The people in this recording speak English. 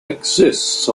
exists